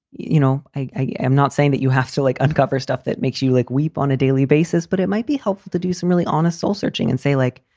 you know, i am not saying that you have to, like, uncover stuff that makes you, like, weep on a daily basis, but it might be helpful to do some really honest soul searching and say, like,